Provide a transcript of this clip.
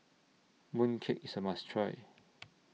Mooncake IS A must Try